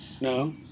No